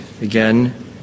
again